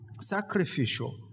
sacrificial